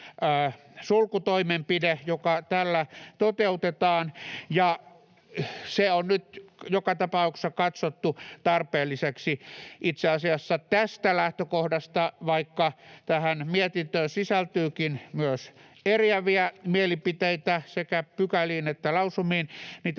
sulkutoimenpide, joka tällä toteutetaan, ja se on nyt joka tapauksessa katsottu tarpeelliseksi. Itse asiassa tästä peruslähtökohdasta, vaikka tähän mietintöön sisältyykin myös eriäviä mielipiteitä sekä pykäliin että lausumiin,